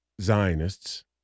Zionists